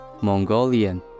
Mongolian